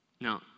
Now